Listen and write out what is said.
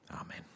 Amen